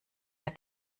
der